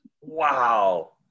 Wow